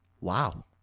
Wow